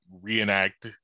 reenact